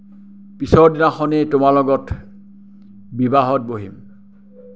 পিছৰদিনাখনেই তোমাৰ লগত বিবাহত বহিম